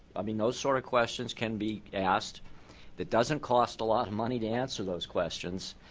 i mean those sort of questions can be asked that doesn't cost a lot of money to answer those questions.